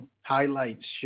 highlights